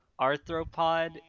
arthropod